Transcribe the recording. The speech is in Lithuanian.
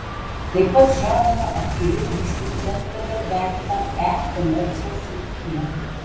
tai pat žadama aktyviau vystyti bendradarbiavimą e komercijos srityje